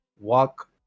walk